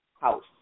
house